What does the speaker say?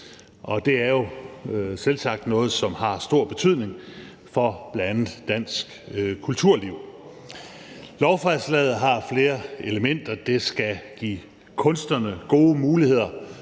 Det er selvsagt noget, som har stor betydning for bl.a. dansk kulturliv. Lovforslaget har flere elementer. Det skal give kunstnerne gode muligheder